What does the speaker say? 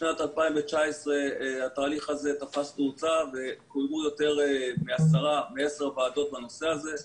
בשנת 2019 התהליך הזה תפס תאוצה וקוימו יותר מעשר ועדות בנושא הזה.